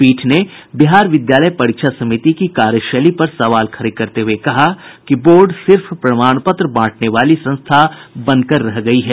पीठ ने बिहार विद्यालय परीक्षा समिति की कार्यशैली पर सवाल खड़े करते हुये कहा कि बोर्ड सिर्फ प्रमाण पत्र बांटने वाली संस्था बन कर रह गयी है